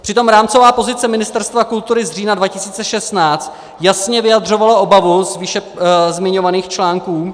Přitom rámcová pozice Ministerstva kultury z října 2016 jasně vyjadřovala obavu z výše zmiňovaných článků.